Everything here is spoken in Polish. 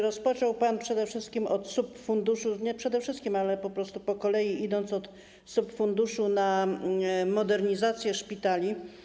Rozpoczął pan przede wszystkim od subfunduszy, nie przede wszystkim, ale po prostu, po kolei idąc, od subfunduszu na modernizację szpitali.